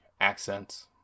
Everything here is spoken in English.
accents